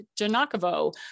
Janakovo